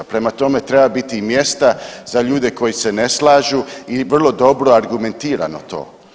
Prema tome, treba biti i mjesta za ljude koji se ne slažu i vrlo dobro argumentirano to.